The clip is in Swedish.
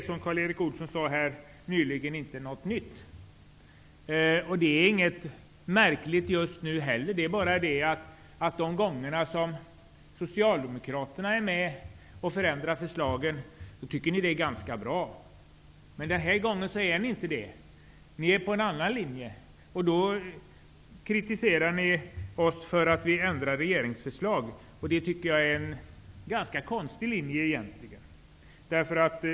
Som Karl Erik Olsson sade här tidigare är detta ingenting nytt. Det är inte något märkligt just nu heller. Men de gånger som Socialdemokraterna är med och förändrar förslag, då tycker de att det är ganska bra. Men den här gången är inte Socialdemokraterna med. De intar en annan linje. Då kritiserar de oss för att vi ändrar regeringsförslag. Det tycker jag är en ganska konstig linje.